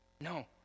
No